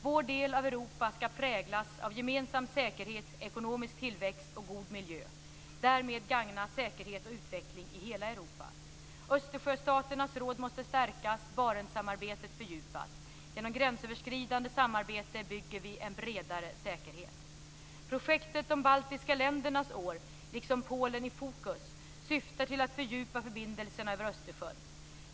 Vår del av Europa ska präglas av gemensam säkerhet, ekonomisk tillväxt och god miljö. Därmed gagnas säkerhet och utveckling i hela Europa. Östersjöstaternas råd måste stärkas och Barentssamarbetet fördjupas. Genom gränsöverskridande samarbete bygger vi en bredare säkerhet. "Polen i fokus" syftar till att fördjupa förbindelserna över Östersjön.